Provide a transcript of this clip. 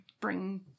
bring